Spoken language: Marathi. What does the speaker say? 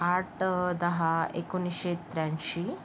आठ दहा एकोणीसशे त्र्याऐंशी